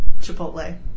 Chipotle